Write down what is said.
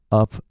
up